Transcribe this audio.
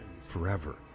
forever